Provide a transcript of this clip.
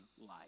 life